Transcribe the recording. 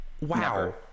Wow